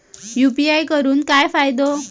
UPI करून काय फायदो?